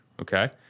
okay